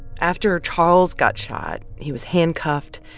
after charles got shot, he was handcuffed,